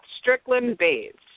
Strickland-Bates